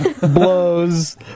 blows